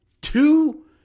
two